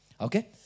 Okay